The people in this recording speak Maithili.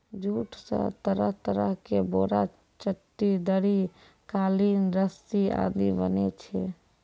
जूट स तरह तरह के बोरा, चट्टी, दरी, कालीन, रस्सी आदि बनै छै